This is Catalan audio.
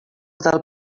del